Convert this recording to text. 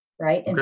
right